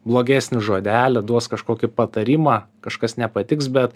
blogesnį žodelį duos kažkokį patarimą kažkas nepatiks bet